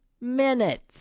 minutes